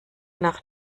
nach